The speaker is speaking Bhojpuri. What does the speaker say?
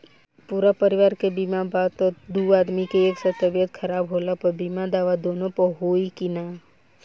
पूरा परिवार के बीमा बा त दु आदमी के एक साथ तबीयत खराब होला पर बीमा दावा दोनों पर होई की न?